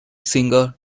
singer